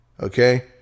Okay